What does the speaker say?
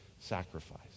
sacrifice